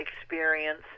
experience